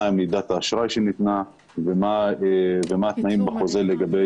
מה מידת האשראי שניתנה ומה התנאים בחוזה.